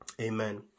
Amen